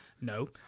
No